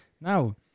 Now